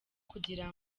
kugira